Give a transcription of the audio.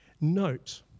Note